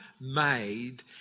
made